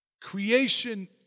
Creation